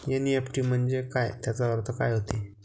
NEFT म्हंजे काय, त्याचा अर्थ काय होते?